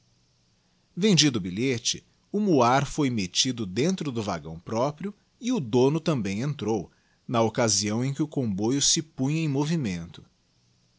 vendido o bilhete o muar foi mettido dentro do tají ttn próprio e o dono também entrou na occasião em qw o comboio se punha em movimento